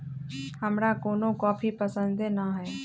हमरा कोनो कॉफी पसंदे न हए